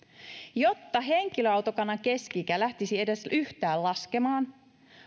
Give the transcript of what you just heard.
jotta henkilöautokannan keski ikä lähtisi edes yhtään laskemaan